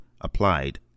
applied